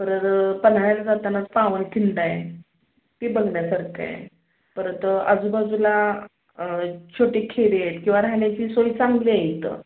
तर पन्हाळ्याला जाताना पावन खिंड आहे ती बघण्यासारखं आहे परत आजूबाजूला छोटी खेडी आहेत किंवा राहण्याची सोय चांगली आहे इथं